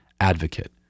advocate